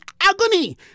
agony